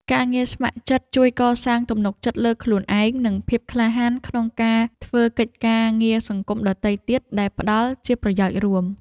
ការងារស្ម័គ្រចិត្តជួយកសាងទំនុកចិត្តលើខ្លួនឯង និងភាពក្លាហានក្នុងការធ្វើកិច្ចការងារសង្គមដទៃទៀតដែលផ្ដល់ជាប្រយោជន៍រួម។